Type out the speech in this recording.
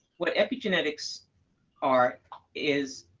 what epigenetics are is